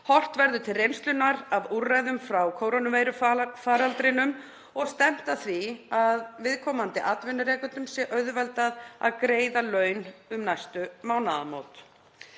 Horft verður til reynslunnar af úrræðum frá kórónuveirufaraldrinum og stefnt að því að viðkomandi atvinnurekendum sé auðveldað að greiða laun um næstu mánaðamót.